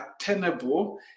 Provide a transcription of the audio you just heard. attainable